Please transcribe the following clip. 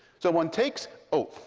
so one takes oh,